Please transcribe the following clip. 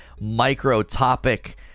micro-topic